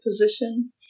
position